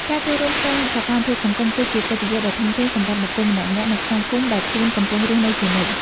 ការចូលរួមក្នុងសកម្មភាពសង្គម គឺជាកិត្តិយសដ៏ធំធេងសម្រាប់បុគ្គលម្នាក់ៗនៅក្នុងភូមិដែលខ្លួនកំពុងរស់នៅជានិច្ច។